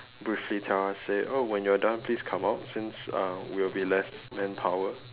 briefly tell us say oh when you're done please come out since uh we'll be less manpower